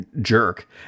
jerk